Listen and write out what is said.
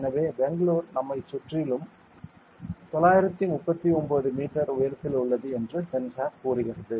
எனவே பெங்களூர் நம்மைச் சுற்றிலும் 939 மீட்டர் உயரத்தில் உள்ளது என்று சென்சார் கூறுகிறது